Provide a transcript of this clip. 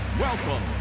welcome